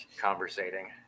conversating